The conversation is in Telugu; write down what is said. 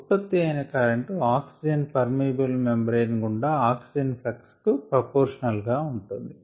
ఉత్పత్తి అయినా కరెంటు ఆక్సిజన్ పర్మియబుల్ మెంబ్రేన్ గుండా ఆక్సిజన్ ఫ్లక్స్ కు ప్రపోర్షనల్ గా ఉంటుంది